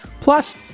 plus